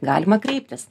galima kreiptis